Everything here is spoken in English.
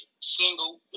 single